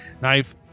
Knife